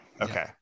Okay